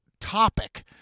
topic